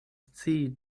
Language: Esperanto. scii